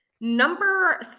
number